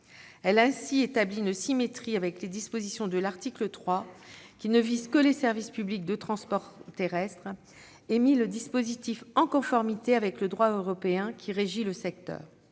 Elle a ainsi établi une symétrie avec les dispositions de l'article 3, qui ne visent que les services publics de transport terrestre, et mis le dispositif en conformité avec le droit européen qui régit le secteur.